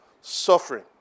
suffering